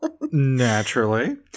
Naturally